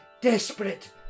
desperate